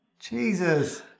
Jesus